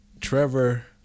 Trevor